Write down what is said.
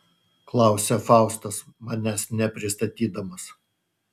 klausia faustas manęs nepristatydamas